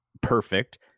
perfect